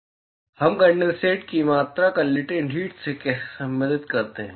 हम कंडेनसेट की मात्रा को लेटेन्ट हीट से कैसे संबंधित करते हैं